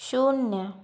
शून्य